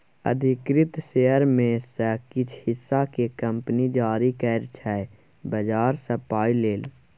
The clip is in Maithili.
अधिकृत शेयर मे सँ किछ हिस्सा केँ कंपनी जारी करै छै बजार सँ पाइ लेल